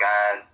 God